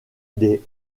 des